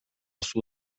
суу